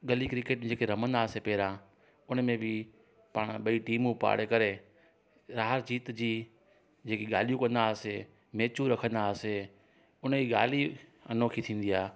गली क्रिकेट जेके रमंदा हुआसीं पहिरां उनमें बि पाण ॿई टीमूं पाण करे हार जीत जी जेके ॻाल्हियूं कंदा हुआसीं मैचू रखंदा हुआसीं उनजी ॻाल्हि ई अनोखी थींदी आहे